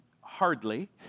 Hardly